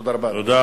תודה רבה, אדוני.